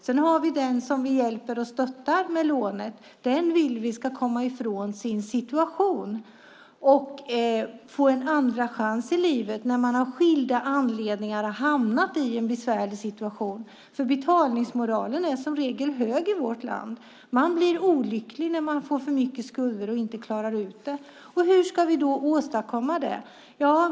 Vi vill att den som vi hjälper och stöttar med lånet ska komma ifrån sin situation och få en andra chans i livet, då det finns skilda anledningar till att man hamnat i en besvärlig situation. Betalningsmoralen är som regel hög i vårt land. Man blir olycklig när man får för mycket skulder och inte klarar av dem. Hur ska vi då åstadkomma detta?